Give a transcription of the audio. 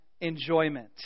enjoyment